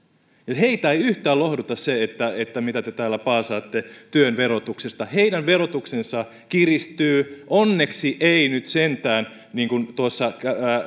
heitä ei yhtään lohduta se mitä te täällä paasaatte työn verotuksesta heidän verotuksensa kiristyy onneksi ei nyt sentään niin kuin tuossa